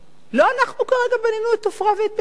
לא אנחנו, כרגע, בנינו את עופרה ואת בית-אל.